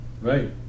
Right